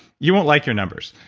you won't like your numbers.